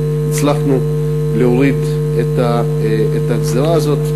והצלחנו להוריד את הגזירה הזאת.